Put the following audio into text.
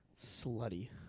Slutty